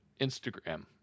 Instagram